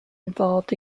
involved